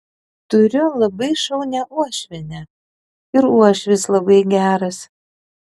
turiu labai šaunią uošvienę ir uošvis labai geras